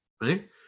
right